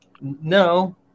No